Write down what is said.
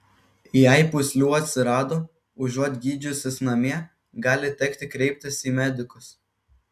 jei pūslių atsirado užuot gydžiusis namie gali tekti kreiptis į medikus